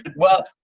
and well,